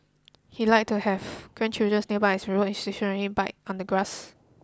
he liked to have grandchildren nearby as he rode his stationary bike on the grass